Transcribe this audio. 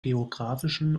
geografischen